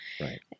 Right